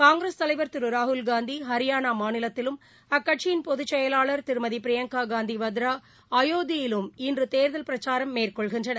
காங்கிரஸ் தலைவர் திருராகுல் காந்தி ஹரியானாமாநிலத்திலும் அக்கட்சியின் பொதுச் செயலாளர் திருமதிபிரியங்காகாந்திவாத்ராஅயோத்திலும் இன்றுதேர்தல் பிரச்சாரம் மேற்கொள்கின்றனர்